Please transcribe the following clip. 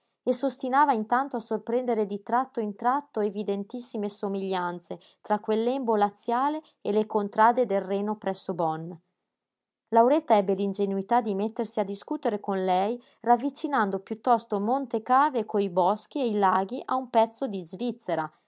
e famiglia e s'ostinava intanto a sorprendere di tratto in tratto evidentissime somiglianze tra quel lembo laziale e le contrade del reno presso bonn lauretta ebbe l'ingenuità di mettersi a discutere con lei ravvicinando piuttosto monte cave coi boschi e i laghi a un pezzo di svizzera